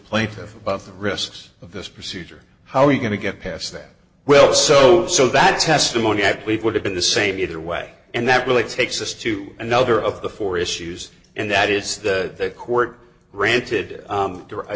plaintiff about the risks of this procedure how are we going to get past that well so so that testimony that we would have been the same either way and that really takes us to another of the four issues and that is the court granted